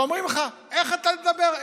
ואומרים לך: איך אתה מדבר,